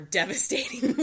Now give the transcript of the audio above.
devastating